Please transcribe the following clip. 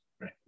right